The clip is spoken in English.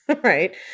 right